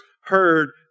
heard